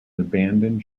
abandoned